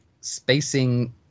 spacing